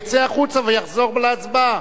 יצא החוצה ויחזור להצבעה.